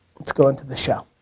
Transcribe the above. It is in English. let's go on to the show.